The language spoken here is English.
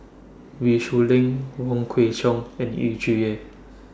Wee Shoo Leong Wong Kwei Cheong and Yu Zhuye